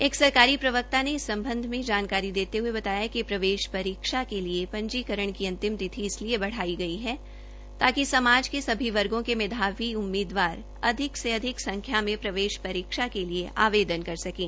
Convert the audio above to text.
एक सरकारी प्रवक्ता ने इस सम्बन्ध में जानकारी देते हए बताया कि प्रवेश परीक्षा के लिए पंजीकरण की अंतिम तिथि इसलिए बढ़ाई गई है ताकि समाज के सभी वर्गो के मेधावी उम्मीदवार अधिक से अधिक संख्या में प्रवेश परीक्षा के लिए आवेदन कर सकें